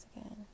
again